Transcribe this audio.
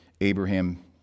Abraham